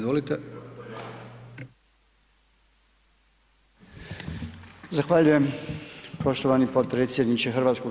Zahvaljujem poštovani potpredsjedniče HS.